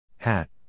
Hat